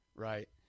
right